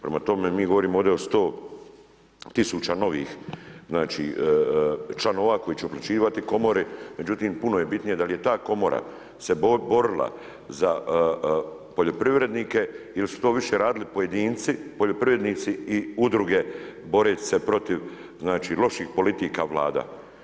Prema tome mi govorimo ovdje o 100 tisuća novih znači članova koje će uplaćivati komori, međutim puno je bitnije da li je ta komora se borila za poljoprivrednike ili su to više radili pojedinci, poljoprivrednici i udruge boreći se protiv znači loših politika vlada.